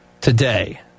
today